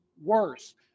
worse